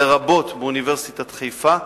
לרבות באוניברסיטת חיפה,